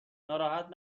ناراحت